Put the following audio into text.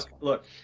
look